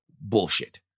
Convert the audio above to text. bullshit